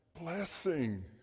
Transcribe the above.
blessing